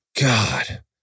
God